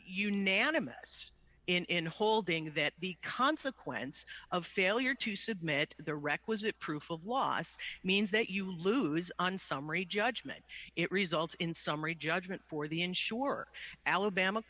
unanimous in holding that the consequence of failure to submit the requisite proof of loss means that you lose on summary judgment it results in summary judgment for the insurer alabama